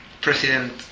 President